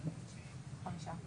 חמישה.